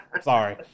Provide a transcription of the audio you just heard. sorry